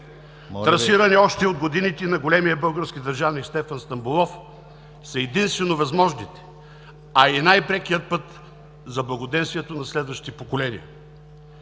...трасирани още от годините на големия български държавник Стефан Стамболов, са единствено възможните, а и най-прекият път за благоденствието на следващите поколения.